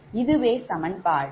இதுவே சமன்பாடு 7